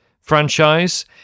franchise